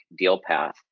DealPath